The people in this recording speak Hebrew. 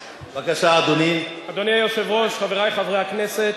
אדוני היושב-ראש, עבר לו הזמן מזמן,